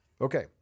Okay